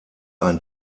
ein